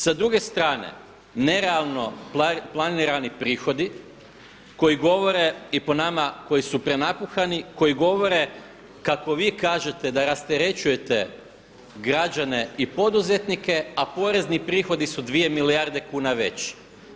Sa druge strane, nerealno planirani prihodi koji govore i po nama koji su prenapuhani, koji govore kako vi kažete da rasterećujete građane i poduzetnike a porezni prihodi su 2 milijarde kuna veći.